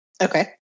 Okay